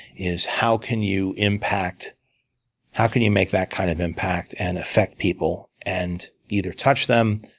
is how can you impact how can you make that kind of impact, and affect people, and either touch them,